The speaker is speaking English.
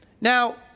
Now